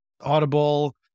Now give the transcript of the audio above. Audible